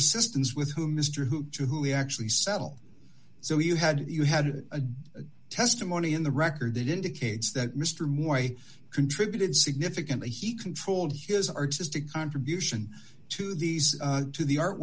assistance with whom mr hu to whom he actually settle so you had you had a testimony in the record that indicates that mr moore i contributed significantly he controlled his artistic contribution to these to the